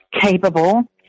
capable